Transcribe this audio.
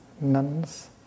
nuns